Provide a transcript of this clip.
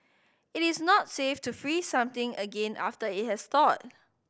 it is not safe to freeze something again after it has thawed